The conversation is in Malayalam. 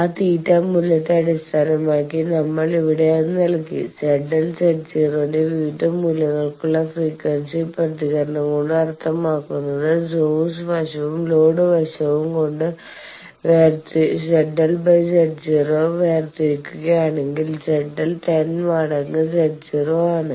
ആ θ മൂല്യത്തെ അടിസ്ഥാനമാക്കി നമ്മൾ ഇവിടെ അത് നൽകി ZL Z0 ന്റെ വിവിധ മൂല്യങ്ങൾക്കുള്ള ഫ്രീക്വൻസി പ്രതികരണം കൊണ്ട് അർത്ഥമാക്കുന്നത് സോഴ്സ് വശവും ലോഡ് വശവും ZL Z0 കൊണ്ട് വേർതിരിക്കുകയാണെങ്കിൽ ZL 10 മടങ്ങ് Z0 ആണ്